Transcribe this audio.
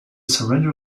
surrender